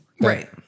Right